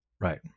right